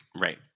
Right